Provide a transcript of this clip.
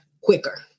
quicker